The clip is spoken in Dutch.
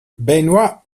benoît